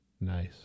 Nice